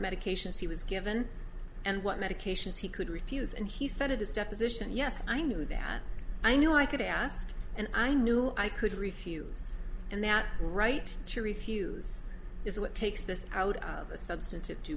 medications he was given and what medications he could refuse and he said of this deposition yes i knew that i knew i could ask and i knew i could refuse and that the right to refuse is what takes this out of a substantive